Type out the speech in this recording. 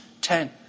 ten